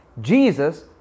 Jesus